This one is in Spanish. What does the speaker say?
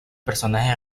personaje